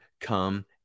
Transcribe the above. come